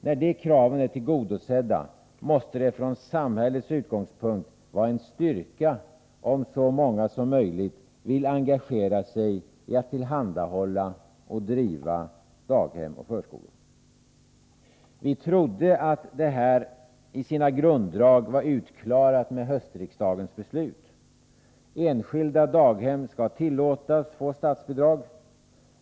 När de kraven är tillgodosedda måste det från samhällets utgångspunkt vara en styrka, om så många som möjligt vill engagera sig i att tillhandahålla och driva daghem och förskolor. Vi trodde att det här i sina grunddrag var utklarat med höstriksdagens beslut. Enskilda daghem skall tillåtas få statsbidrag.